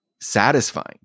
satisfying